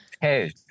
hey